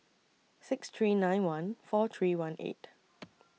six three nine one four three one eight